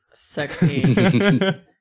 Sexy